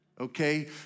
okay